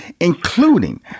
including